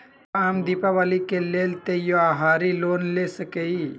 का हम दीपावली के लेल त्योहारी लोन ले सकई?